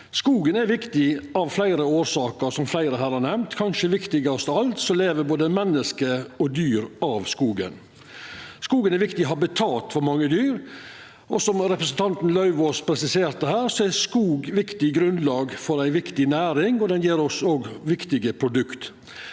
Skogen er viktig av fleire årsaker, som fleire her har nemnt. Kanskje det viktigaste av alt er at både menneske og dyr lever av skogen. Skogen er eit viktig habitat for mange dyr. Som representanten Lauvås presiserte, er skog eit viktig grunnlag for ei viktig næring, og han gjev oss òg viktige produkt.